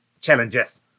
challenges